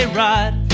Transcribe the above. ride